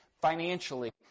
financially